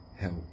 help